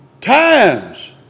times